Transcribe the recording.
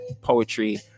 poetry